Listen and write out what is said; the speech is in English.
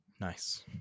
Nice